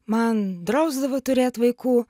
man drausdavo turėt vaikų